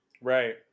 right